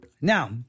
Now